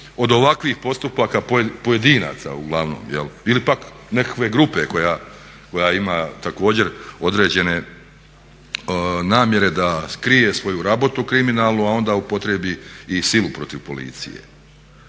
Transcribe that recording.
od ovakvih postupaka pojedinaca uglavnom jel' ili pak nekakve grupe koja ima također određene namjere da skrije svoju rabotu kriminalnu, a onda upotrijebi i silu protiv policije.